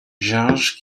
georges